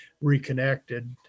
reconnected